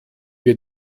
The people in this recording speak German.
wir